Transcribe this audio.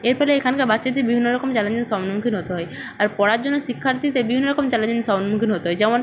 এর ফলে এখানকার বাচ্চাদের বিভিন্ন রকম চ্যালেঞ্জের সম্মুখীন হতে হয় আর পড়ার জন্য শিক্ষার্থীদের বিভিন্ন রকম চ্যালেঞ্জের সম্মুখীন হতে হয় যেমন